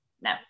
no